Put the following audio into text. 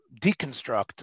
deconstruct